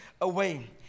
away